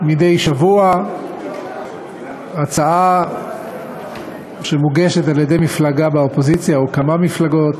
מדי שבוע הצעה שמוגשת על-ידי מפלגה באופוזיציה או כמה מפלגות.